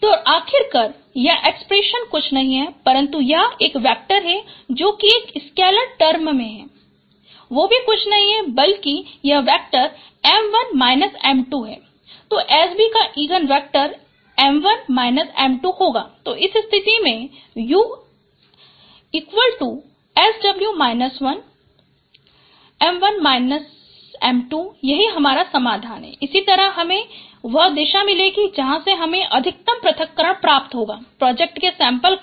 तो आखिरकार यह एक्सप्रेशन कुछ नहीं है परन्तु यह एक वेक्टर है जो कि एक स्केलर टर्म है वो भी कुछ नहीं है बल्कि एक वेक्टर m1 m2 है तो SB का इगन वेक्टर भी m1 m2 होगा तो इस स्थिति में 𝑢𝑆𝑊−1𝑚1−𝑚2 यही हमारा समाधान है और इसी तरह हमें वह दिशा मिलेगी जहाँ से हमें अधिकतम पृथक्करण प्राप्त होगा प्रोजेक्ट के सैंपल का